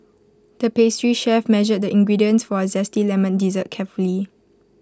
the pastry chef measured the ingredients for A Zesty Lemon Dessert carefully